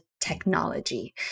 technology